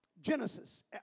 Genesis